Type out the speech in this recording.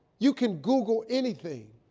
you can google anything.